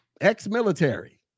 Ex-military